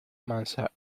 mansa